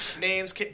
names